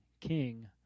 king